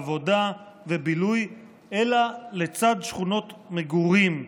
עבודה ובילוי אלא לצד שכונות מגורים,